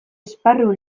esparru